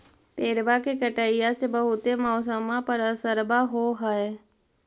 पेड़बा के कटईया से से बहुते मौसमा पर असरबा हो है?